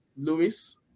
Lewis